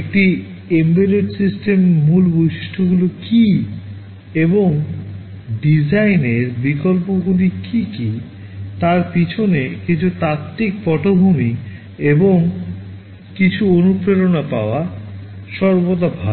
একটি এম্বেডেড সিস্টেমের মূল বৈশিষ্ট্যগুলি কী এবং ডিজাইনের বিকল্পগুলি কী কী তার পিছনে কিছু তাত্ত্বিক পটভূমি এবং কিছু অনুপ্রেরণা পাওয়া সর্বদা ভাল